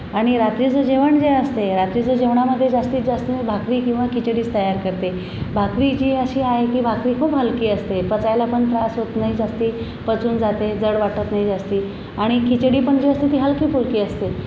आणि रात्रीचं जेवण जे असते रात्रीच्या जेवणामध्ये जास्तीतजास्त मी भाकरी किंवा खिचडीच तयार करते भाकरी जी अशी आहे की भाकरी खूप हलकी असते पचायला पण त्रास होत नाही जास्ती पचून जाते जड वाटत नाही जास्त आणि खिचडी पण जी असते ती हलकीफुलकी असते